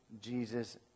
Jesus